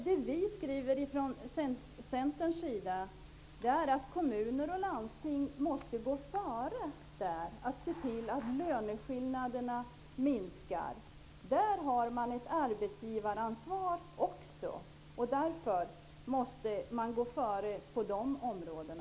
Det vi skriver ifrån Centerns sida är att kommuner och landsting måste gå före när det gäller att minska löneskillnaderna. Kommuner och landsting har också ett arbetsgivaransvar. Därför måste man gå före på dessa områden.